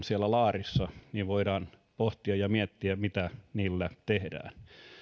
siellä laarissa voidaan pohtia ja miettiä mitä niillä tehdään